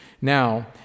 Now